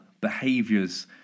behaviors